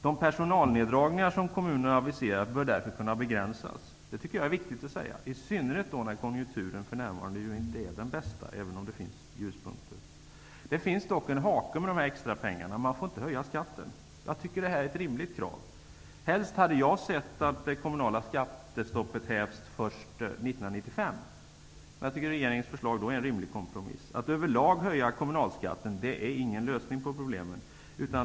De personalneddragningar som kommunerna har aviserat bör därför kunna begränsas. Detta är viktigt att säga, i synnerhet nu när konjukturen inte är den bästa, även om det finns ljuspunkter. Det finns dock en hake med dessa extra pengar. Kommunerna får inte höja skatten. Jag tycker att det är ett rimligt krav. Helst hade jag sett att det kommunala skattestoppet hävdes först 1995. Jag tycker att regeringens förslag är en rimlig kompromiss. Att över lag höja kommunalskatten är ingen lösning på problemet.